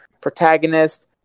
protagonist